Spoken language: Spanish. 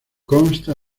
consta